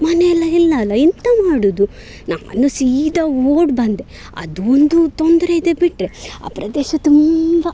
ಮನೆ ಎಲ್ಲ ಇಲ್ಲ ಅಲ್ಲ ಎಂಥ ಮಾಡುವುದು ನಾನು ಸೀದಾ ಓಡಿ ಬಂದೆ ಅದು ಒಂದು ತೊಂದರೆ ಇದೆ ಬಿಟ್ಟರೆ ಆ ಪ್ರದೇಶ ತುಂಬ